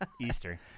Easter